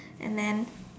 and then